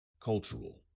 Cultural